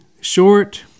short